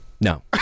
no